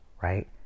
right